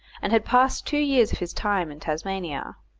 and had passed two years of his time in tasmania.